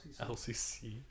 LCC